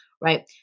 right